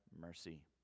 mercy